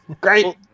Great